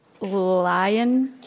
Lion